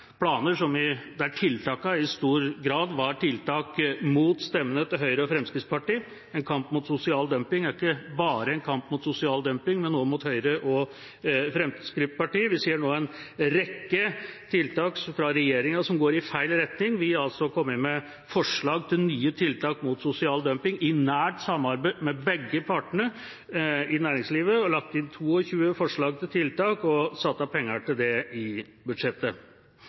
planer der tiltakene i stor grad var tiltak mot stemmene til Høyre og Fremskrittspartiet. En kamp mot sosial dumping er ikke bare en kamp mot sosial dumping, men også mot Høyre og Fremskrittspartiet. Vi ser nå en rekke tiltak fra regjeringa som går i feil retning. Vi har altså kommet med forslag til nye tiltak mot sosial dumping i nært samarbeid med begge partene i næringslivet, har lagt inn 22 forslag til tiltak og satt av penger til det i budsjettet.